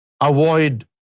avoid